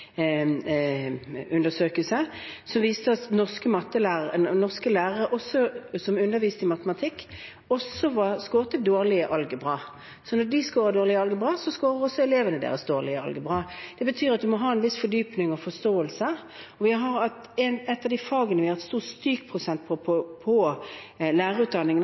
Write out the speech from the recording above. som viste at norske lærere som underviste i matematikk, skåret dårlig i algebra. Når de skårer dårlig i algebra, skårer også elevene deres dårlig i algebra. Det betyr at man må ha en viss fordypning og forståelse, og ett av de fagene på lærerutdanningen hvor det har vært stor strykprosent,